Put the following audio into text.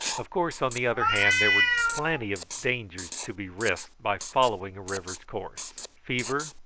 of course, on the other hand, there were plenty of dangers to be risked by following a river's course fever,